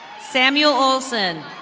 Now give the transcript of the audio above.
samuel olson.